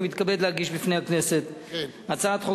אני מתכבד להגיש בפני הכנסת את הצעת חוק